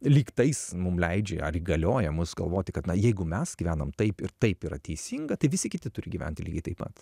lyg tais mum leidžia ar įgalioja mus galvoti kad na jeigu mes gyvenam taip ir taip yra teisinga tai visi kiti turi gyventi lygiai taip pat